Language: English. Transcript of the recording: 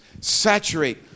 saturate